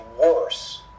worse